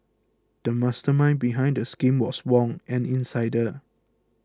the mastermind behind the scheme was Wong an insider